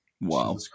Wow